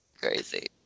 Crazy